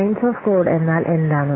lines of code എന്നാൽ എന്താണ്